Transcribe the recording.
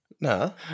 No